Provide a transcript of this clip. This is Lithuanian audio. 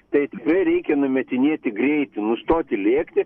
tai tikrai reikia numetinėti greitį nustoti lėkti